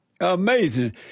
Amazing